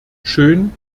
schön